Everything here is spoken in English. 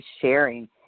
sharing